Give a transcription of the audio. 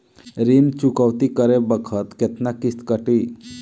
ऋण चुकौती करे बखत केतना किस्त कटी?